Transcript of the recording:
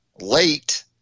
late